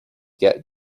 get